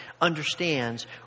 understands